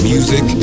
Music